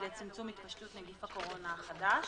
לצמצום התפשטות נגיף הקורונה החדש,